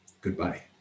Goodbye